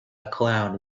clown